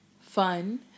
fun